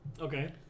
Okay